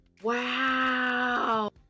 wow